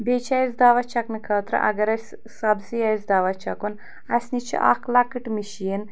بیٚیہِ چھِ اَسہِ دوا چھَکنہٕ خٲطرٕ اَگر اَسہِ سبزی آسہِ دوا چھَکُن اَسہِ نِش چھِ اَکھ لۄکٕٹ مِشیٖن